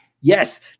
Yes